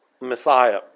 Messiah